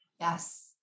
Yes